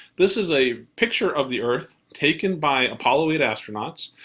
this is a picture of the earth taken by apollo eight astronauts.